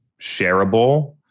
shareable